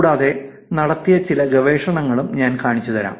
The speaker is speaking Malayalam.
കൂടാതെ നടത്തിയ ചില ഗവേഷണങ്ങളും ഞാൻ കാണിച്ചുതരാം